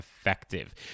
effective